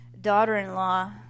daughter-in-law